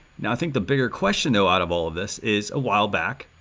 now, i think the bigger question though out of all of this is, a while back,